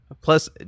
Plus